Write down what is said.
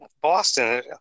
Boston